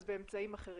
אז באמצעים אחרים.